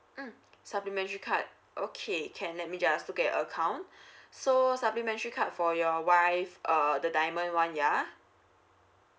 mm supplementary card okay can let me just look at your account so supplementary card for your wife uh the diamond one yeah